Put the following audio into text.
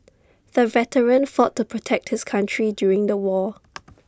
the veteran fought to protect his country during the war